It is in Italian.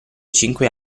cinque